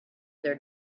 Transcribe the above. their